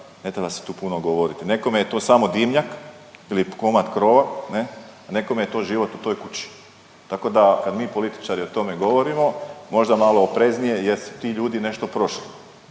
Ne treba se tu puno govoriti. Nekome je to samo dimnjak ili komad krova, ne, a nekome je to život u toj kući. Tako da kad mi političari o tome govorimo možda malo opreznije jer su ti ljudi nešto prošli.